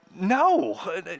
no